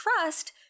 trust